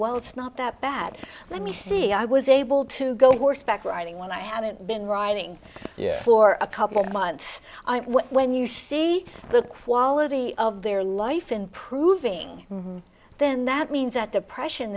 well it's not that bad let me see i was able to go horseback riding when i haven't been riding yet for a couple of months when you see the quality of their life improving then that means that depression